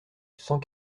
cent